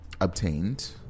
obtained